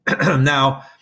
Now